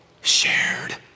shared